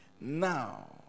Now